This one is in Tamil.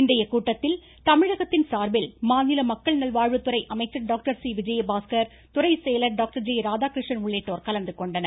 இன்றைய கூட்டத்தில் தமிழகத்தின் சார்பில் மாநில மக்கள் நல்வாழ்வுத்துறை அமைச்சர் டாக்டர் சி விஜயபாஸ்கர் துறை செயலர் டாக்டர் ஜெ ராதாகிருஷ்ணன் உள்ளிட்டோர் கலந்துகொண்டனர்